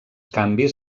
canvis